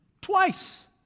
twice